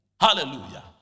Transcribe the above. Hallelujah